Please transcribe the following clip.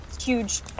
huge